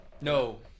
No